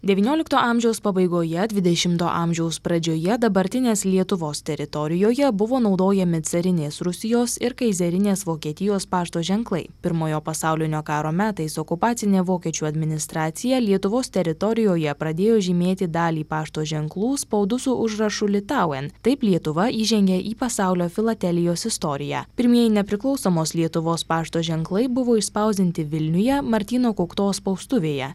devyniolikto amžiaus pabaigoje dvidešimto amžiaus pradžioje dabartinės lietuvos teritorijoje buvo naudojami carinės rusijos ir kaizerinės vokietijos pašto ženklai pirmojo pasaulinio karo metais okupacinė vokiečių administracija lietuvos teritorijoje pradėjo žymėti dalį pašto ženklų spaudu su užrašu litauven taip lietuva įžengė į pasaulio filatelijos istoriją pirmieji nepriklausomos lietuvos pašto ženklai buvo išspausdinti vilniuje martyno kuktos spaustuvėje